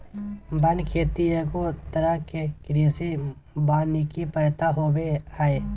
वन खेती एगो तरह के कृषि वानिकी प्रथा होबो हइ